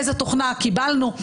איזה תוכנה קיבלנו.